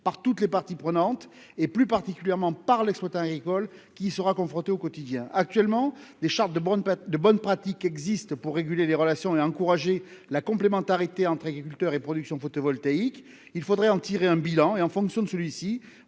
par toutes les parties prenantes, plus particulièrement par l'exploitant agricole qui y sera confronté au quotidien. Actuellement, des chartes de bonnes pratiques existent pour réguler les relations et encourager la complémentarité entre agriculture et production photovoltaïque. Il faudrait en tirer un bilan et, en fonction de celui-ci,